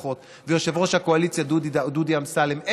מבחינתי, לפחות, ויושב-ראש הקואליציה דודי אמסלם.